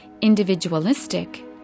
individualistic